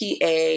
PA